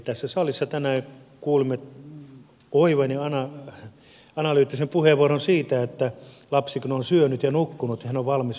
tässä salissa tänään kuulimme oivan ja analyyttisen puheenvuoron siitä että lapsi kun on syönyt ja nukkunut niin hän on valmis oppimaan uutta